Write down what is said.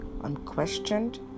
unquestioned